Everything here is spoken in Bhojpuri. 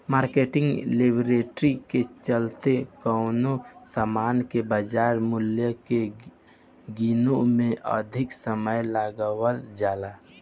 मार्केटिंग लिक्विडिटी के चलते कवनो सामान के बाजार मूल्य के गीने में अधिक समय लगावल जाला